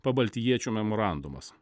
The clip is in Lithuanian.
pabaltijiečių memorandumas